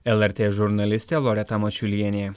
lrt žurnalistė loreta mačiulienė